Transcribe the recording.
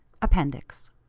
appendix